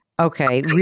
Okay